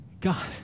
God